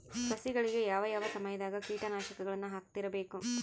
ಸಸಿಗಳಿಗೆ ಯಾವ ಯಾವ ಸಮಯದಾಗ ಕೇಟನಾಶಕಗಳನ್ನು ಹಾಕ್ತಿರಬೇಕು?